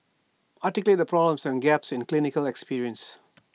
articulate the problems and gaps in clinical experience